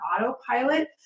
autopilot